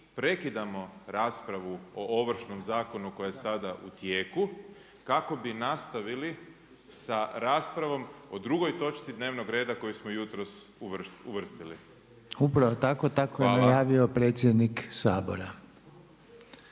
prekidamo raspravu o Ovršnom zakonu koji je sada u tijeku kako bi nastavili sa raspravom o drugoj točci dnevnog reda koju smo jutros uvrstili? **Reiner, Željko (HDZ)** Upravo tako, tako je najavio predsjednik Sabora.